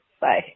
Bye